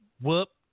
whoop